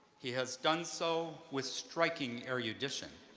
he has done so with striking erudition,